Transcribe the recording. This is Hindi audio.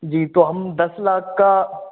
जी तो हम दस लाख का